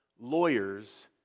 lawyers